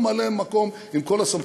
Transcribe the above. הוא ממלא-מקום עם כל הסמכויות,